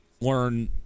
learn